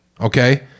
okay